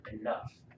enough